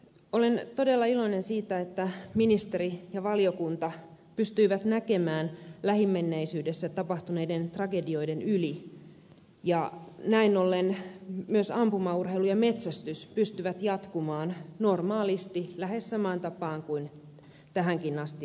olen todella iloinen siitä että ministeri ja valiokunta pystyivät näkemään lähimenneisyydessä tapahtuneiden tragedioiden yli ja näin ollen myös ampumaurheilu ja metsästys pystyvät jatkumaan normaalisti lähes samaan tapaan kuin tähänkin asti